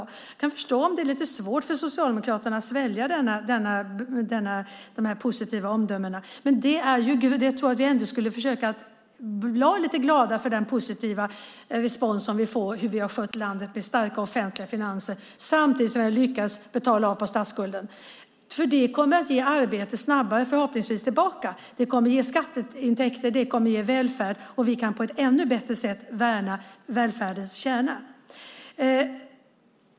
Jag kan förstå om det är lite svårt för Socialdemokraterna att svälja de positiva omdömena, men jag tycker att vi ändå skulle försöka att vara lite glada för den positiva respons som vi får när det gäller hur vi har skött landet, med starka offentliga finanser samtidigt som vi har lyckats betala av på statsskulden. Det kommer förhoppningsvis att snabbare ge arbete tillbaka. Det kommer att ge skatteintäkter. Det kommer att ge välfärd, och då kan vi på ett ännu bättre sätt värna välfärdens kärna.